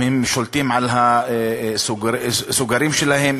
אם הם שולטים בסוגרים שלהם,